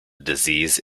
disease